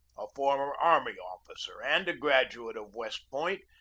a former army officer and a graduate of west point,